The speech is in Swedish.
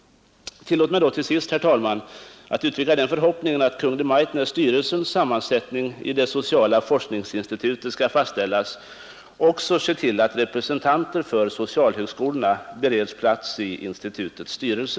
Tillåt mig då till sist, herr talman, att uttrycka den förhoppningen att Kungl. Maj:t när styrelsens sammansättning i sociala forskningsinstitutet skall fastställas också ser till att representanter för socialhögskolorna beredes plats i institutets styrelse.